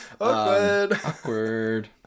awkward